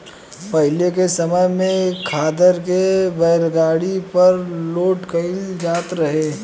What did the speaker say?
पाहिले के समय में खादर के बैलगाड़ी पर लोड कईल जात रहे